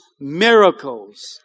miracles